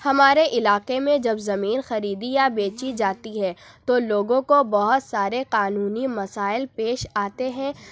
ہمارے علاقے میں جب زمین خریدی یا بیچی جاتی ہے تو لوگوں کو بہت سارے قانونی مسائل پیش آتے ہیں